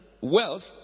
wealth